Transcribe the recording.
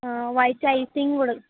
white icing